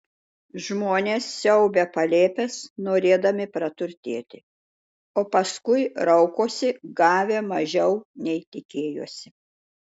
žmonės siaubia palėpes norėdami praturtėti o paskui raukosi gavę mažiau nei tikėjosi